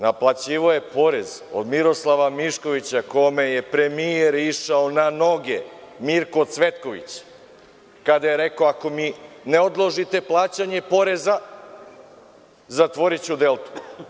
Naplaćivao je porez od Miroslava Miškovića, kome je premijer Mirko Cvetković išao na noge, kada je rekao – ako mi ne odložite plaćanje poreza zatvoriću „Deltu“